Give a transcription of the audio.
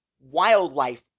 wildlife